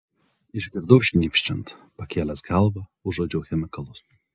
išgirdau šnypščiant pakėlęs galvą užuodžiau chemikalus